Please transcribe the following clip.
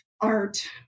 art